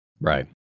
Right